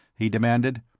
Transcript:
he demanded.